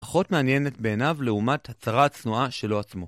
פחות מעניינת בעיניו לעומת הצרה הצנועה שלו עצמו.